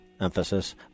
emphasis